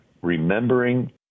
remembering